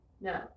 No